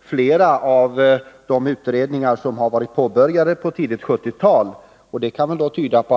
flera av de utredningar som påbörjades under tidigt 1970-tal har följts upp.